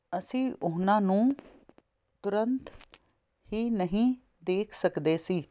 ਅਸੀਂ ਉਨ੍ਹਾਂ ਨੂੰ ਤੁਰੰਤ ਹੀ ਨਹੀਂ ਦੇਖ ਸਕਦੇ ਸੀ